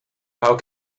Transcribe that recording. how